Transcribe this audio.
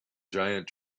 giant